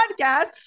podcast